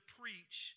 preach